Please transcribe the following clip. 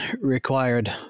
required